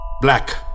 Black